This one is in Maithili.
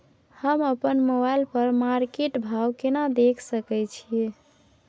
हम अपन मोबाइल पर मार्केट भाव केना देख सकै छिये?